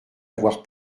avoir